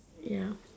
ya